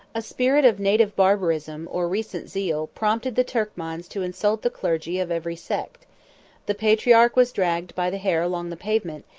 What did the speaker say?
a spirit of native barbarism, or recent zeal, prompted the turkmans to insult the clergy of every sect the patriarch was dragged by the hair along the pavement,